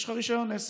יש לך רישיון עסק.